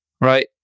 right